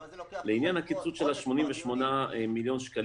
למה זה לוקח חודש --- לעניין של ה-88 מיליון שקלים,